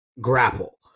grapple